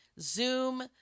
zoom